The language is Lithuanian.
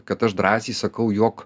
kad aš drąsiai sakau jog